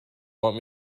want